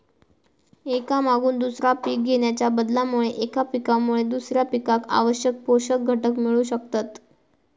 एका मागून दुसरा पीक घेणाच्या बदलामुळे एका पिकामुळे दुसऱ्या पिकाक आवश्यक पोषक घटक मिळू शकतत